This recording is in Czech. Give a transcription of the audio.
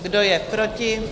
Kdo je proti?